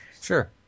Sure